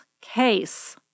case